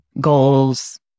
goals